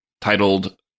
titled